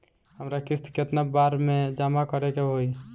हमरा किस्त केतना बार में जमा करे के होई?